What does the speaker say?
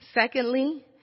Secondly